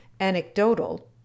anecdotal